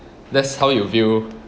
that's how you view